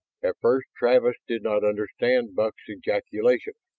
at first travis did not understand buck's ejaculation.